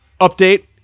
update